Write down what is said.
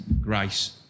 grace